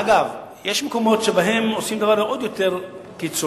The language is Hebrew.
אגב, יש מקומות שבהם עושים דבר עוד יותר קיצוני,